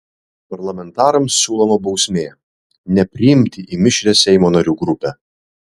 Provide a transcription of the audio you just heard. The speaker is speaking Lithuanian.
parlamentarams siūloma bausmė nepriimti į mišrią seimo narių grupę